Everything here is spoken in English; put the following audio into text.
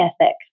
ethic